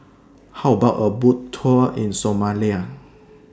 How about A Boat Tour in Somalia